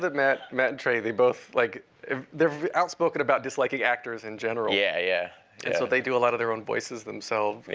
that matt matt and trey, they both like they're outspoken about disliking actors in yeah yeah so they do a lot of their own voices themselves.